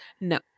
No